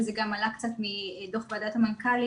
וזה גם עלה קצת מדוח ועדת המנכ"לים,